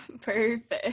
Perfect